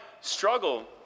struggle